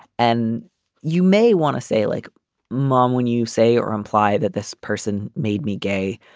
and you may want to say like mom when you say or imply that this person made me gay.